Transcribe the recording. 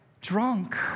drunk